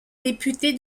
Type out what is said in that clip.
député